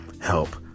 help